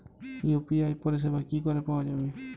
UPI পরিষেবা কি করে পাওয়া যাবে?